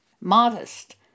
modest